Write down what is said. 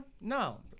No